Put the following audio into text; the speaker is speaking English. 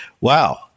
wow